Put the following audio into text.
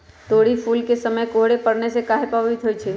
तोरी फुल के समय कोहर पड़ने से काहे पभवित होई छई?